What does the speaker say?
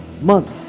month